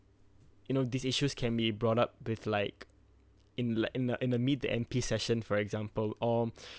you know these issues can be brought up with like in like in a in a meet the M_P session for example or